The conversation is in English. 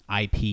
IP